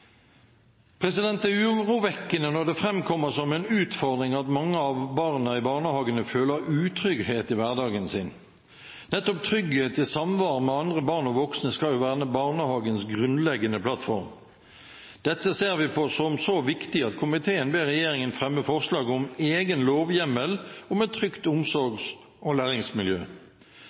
Det er urovekkende når det fremkommer som en utfordring at mange av barna i barnehagene føler utrygghet i hverdagen sin. Nettopp trygghet i samvær med andre barn og voksne skal jo være barnehagens grunnleggende plattform. Dette ser vi på som så viktig at komiteen ber regjeringen fremme forslag om egen lovhjemmel om et trygt omsorgs- og læringsmiljø.